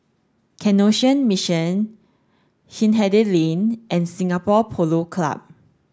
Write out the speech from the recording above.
Canossian Mission Hindhede Lane and Singapore Polo Club